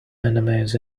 enemies